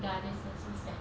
ya this is so sad